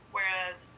Whereas